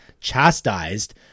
chastised